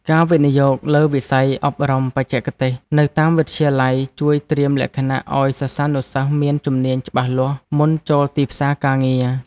ការវិនិយោគលើវិស័យអប់រំបច្ចេកទេសនៅតាមវិទ្យាល័យជួយត្រៀមលក្ខណៈឱ្យសិស្សានុសិស្សមានជំនាញច្បាស់លាស់មុនចូលទីផ្សារការងារ។